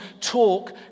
talk